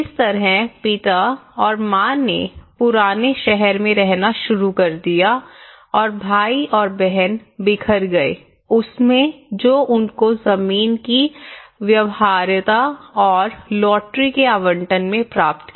इस तरह पिता और माँ ने पुराने शहर में रहना शुरू कर दिया और भाई और बहन बिखर गए उसमें जो उनको जमीन की व्यवहार्यता और लॉटरी के आवंटन में प्राप्त किया